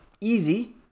easy